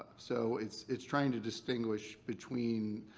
so it's it's trying to distinguish between,